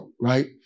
right